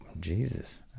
Jesus